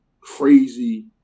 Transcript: crazy